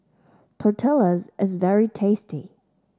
tortillas is very tasty